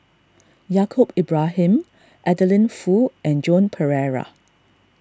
Yaacob Ibrahim Adeline Foo and Joan Pereira